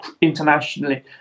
internationally